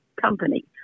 company